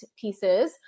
pieces